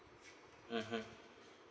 mmhmm